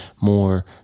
more